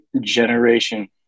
generation